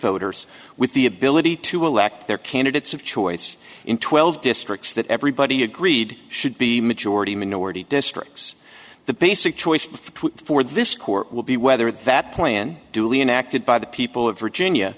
voters with the ability to elect their candidates of choice in twelve districts that everybody agreed should be majority minority districts the basic choice for this court will be whether that plan duly enacted by the people of virginia